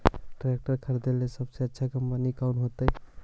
Tractor खरीदेला सबसे अच्छा कंपनी कौन होतई?